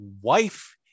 wife